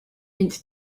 mint